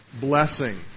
blessing